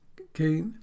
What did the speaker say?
Okay